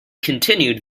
continued